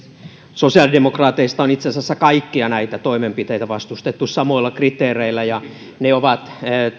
sosiaalidemokraateista on itse asiassa kaikkia näitä toimenpiteitä vastustettu samoilla kriteereillä ja ne ovat